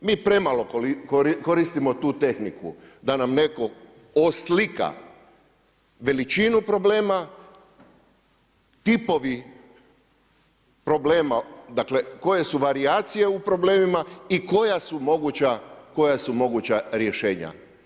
Pri premalo koristimo tu tehniku da nam netko oslika veličinu problema, tipovi problema, dakle, koje su varijacije u problemima i koja su moguća rješenja.